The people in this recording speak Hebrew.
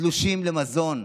תלושים למזון.